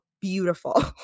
beautiful